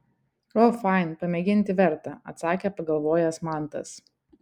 o fain pamėginti verta atsakė pagalvojęs mantas